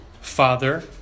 Father